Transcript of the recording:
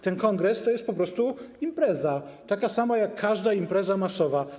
Ten kongres to jest po prostu impreza, taka sama jak każda impreza masowa.